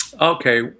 Okay